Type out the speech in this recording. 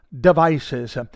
devices